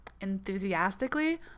enthusiastically